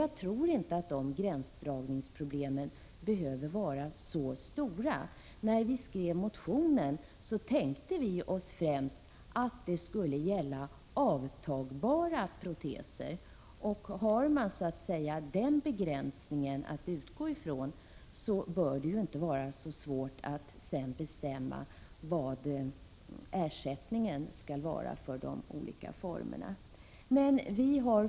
Jag tror dock inte att de gränsdragningsproblemen behöver vara så stora. När vi skrev motionen tänkte vi oss främst att förslaget skulle gälla avtagbara proteser. Har man den begränsningen att utgå från, bör det inte vara så svårt att sedan bestämma vilken ersättning som skall utgå för de olika formerna av proteser.